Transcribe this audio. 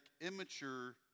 immature